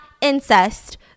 incest